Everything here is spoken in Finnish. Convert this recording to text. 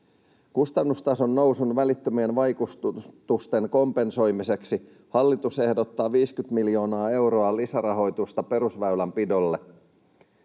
Kustannustason nousun välittömien vaikutusten kompensoimiseksi hallitus ehdottaa 50:tä miljoonaa euroa lisärahoitusta perusväylänpidolle.